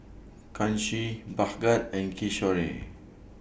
Kanshi Bhagat and Kishore